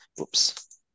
Oops